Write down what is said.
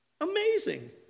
Amazing